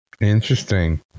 Interesting